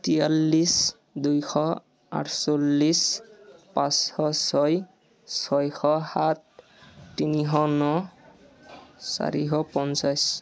তিৰাল্লিছ দুশ আঠচল্লিছ পাঁচশ ছয় ছশ সাত তিনিশ ন চাৰিশ পঞ্চাছ